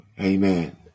Amen